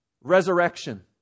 resurrection